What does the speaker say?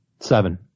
Seven